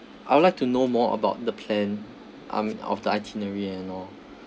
I would like to know more about the plan um of the itinerary and all